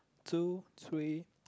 two three